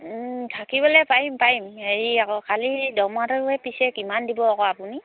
থাকিবলৈ পাৰিম পাৰিম হেৰি আকৌ খালি দৰমহাটো পিছে কিমান দিব আকৌ আপুনি